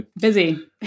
Busy